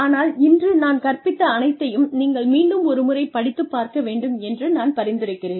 ஆனால் இன்று நான் கற்பித்த அனைத்தையும் நீங்கள் மீண்டும் ஒரு முறை படித்துப் பார்க்க வேண்டும் என்று நான் பரிந்துரைக்கிறேன்